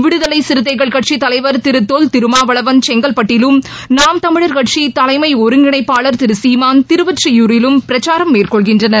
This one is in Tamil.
விடுதலை சிறுத்தைகள் கட்சித் தலைவர் திரு தொல் திருமாவளவன் செங்கல்பட்டிலும் நாம் தமிழர் கட்சி தலைமை ஒருங்கிணைப்பாளர் திரு சீமான் திருவொற்றியூரிலும் பிரச்சாரம் மேற்கொள்கின்றனர்